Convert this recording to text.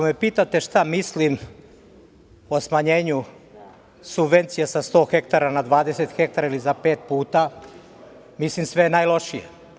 Ako me pitate šta mislim o smanjenju subvencija sa 100 hektara na 20 hektara ili za pet puta, mislim sve najlošije.